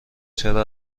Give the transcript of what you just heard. چرا